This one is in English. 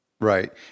Right